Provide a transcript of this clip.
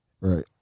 Right